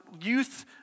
youth